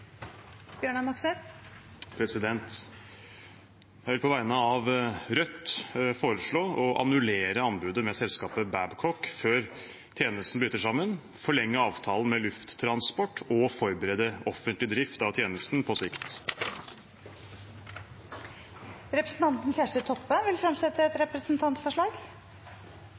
Jeg vil på vegne av Rødt foreslå å annullere anbud med selskapet Babcock før luftambulansetjenesten bryter sammen, forlenge avtalen med Lufttransport og forberede offentlig drift av tjenesten på sikt. Representanten Kjersti Toppe vil fremsette et representantforslag.